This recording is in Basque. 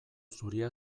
zuria